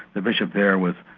the bishop there was,